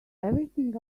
everything